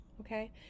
okay